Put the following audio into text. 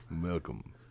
Welcome